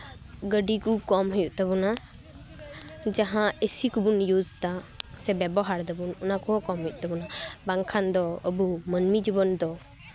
ᱜᱟᱹᱰᱤ ᱠᱚ ᱠᱚᱢ ᱦᱩᱭᱩᱜ ᱛᱟᱵᱳᱱᱟ ᱡᱟᱦᱟᱸ ᱮᱥᱤ ᱠᱚᱵᱚᱱ ᱭᱩᱥᱫᱟ ᱥᱮ ᱵᱮᱵᱚᱦᱟᱨ ᱫᱟᱵᱚᱱ ᱚᱱᱟ ᱠᱚ ᱠᱚᱢ ᱦᱩᱭᱩᱜ ᱛᱟᱵᱳᱱᱟ ᱵᱟᱝᱠᱷᱟᱱ ᱫᱚ ᱟᱵᱚ ᱢᱟᱹᱱᱢᱤ ᱡᱤᱭᱚᱱ ᱫᱚ